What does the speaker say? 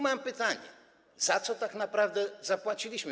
Mam pytanie: Za co tak naprawdę zapłaciliśmy?